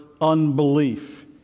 unbelief